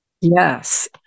Yes